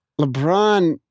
LeBron